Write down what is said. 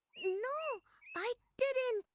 no i didn't.